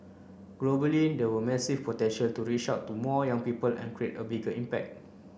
globally there were massive potential to reach out to more young people and create a bigger impact